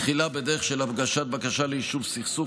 תחילה בדרך של הגשת בקשה ליישוב סכסוך